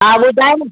हा ॿुधाइ न